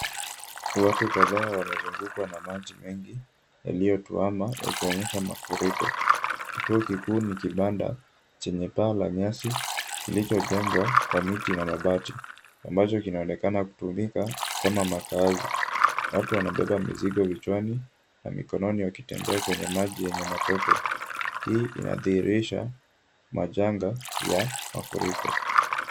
Watu kadhaa wamezungukwa na maji mengi yaliyotwama yakionyesha mafuriko. Kituo kikuu ni kibanda chenye paa la nyasi kilichojengwa kwa miti na mabati ambacho kinaonekana kutumika kama makazi. Watu wanabeba mizigo vichwani na mikononi wakitembea kwenye maji yenye matope. Hii inadhihirisha majanga ya mafuriko.